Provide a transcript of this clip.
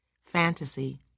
Fantasy